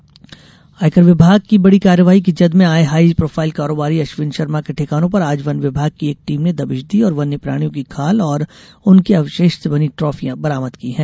one दबिश आयकर विभाग की बड़ी कार्यवाही की जद में आये हाई प्रोफाइल कारोबारी अश्विन शर्मा के ठिकानों पर आज वन विभाग की एक टीम ने दबीश दी और वन्य प्राणियों की खाल और उनके अवशेष से बनी ट्राफियां बरामद की हैं